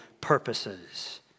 purposes